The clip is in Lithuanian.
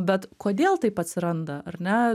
bet kodėl taip atsiranda ar ne